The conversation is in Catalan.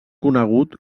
conegut